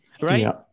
right